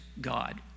God